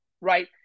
Right